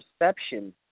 perception